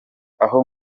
aho